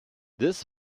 this